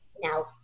now